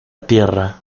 tierra